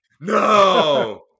No